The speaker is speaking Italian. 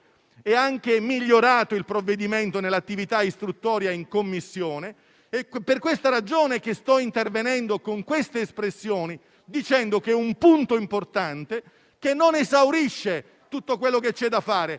e anche migliorato il provvedimento nell'attività istruttoria in Commissione. Ed è per questa ragione che sto intervenendo con siffatte espressioni, dicendo che si tratta di un punto importante, che non esaurisce tutto quello che c'è da fare,